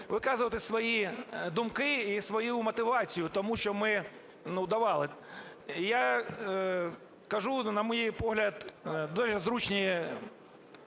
виказувати свої думки і свою мотивацію, тому що ми давали. Я кажу, на мій погляд, дуже зручні